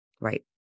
right